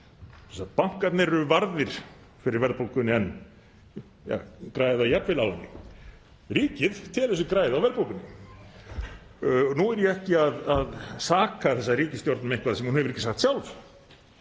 áratug. Bankarnir eru varðir fyrir verðbólgunni, græða jafnvel á henni. Ríkið telur sig græða á verðbólgunni. Nú er ég ekki að saka þessa ríkisstjórn um eitthvað sem hún hefur ekki sagt sjálf